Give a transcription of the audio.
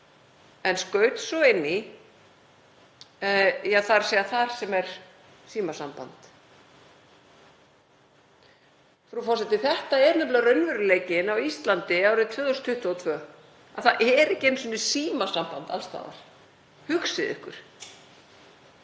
en skaut svo inn í: Ja, þar sem er símasamband. Frú forseti. Þetta er nefnilega raunveruleikinn á Íslandi árið 2022 að það er ekki einu sinni símasamband alls staðar. Hugsið ykkur.